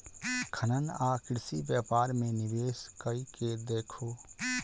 खनन आ कृषि व्यापार मे निवेश कय के देखू